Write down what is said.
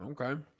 Okay